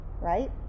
right